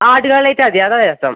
ആട് കട്ലേറ്റ് മതി അതാണ് രസം